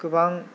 गोबां